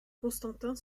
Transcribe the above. constantin